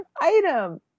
item